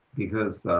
because